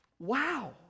wow